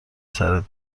سرت